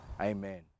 Amen